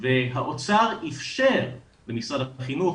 והאוצר איפשר למשרד החינוך,